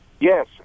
Yes